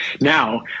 now